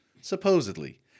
supposedly